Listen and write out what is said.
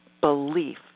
belief